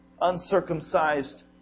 uncircumcised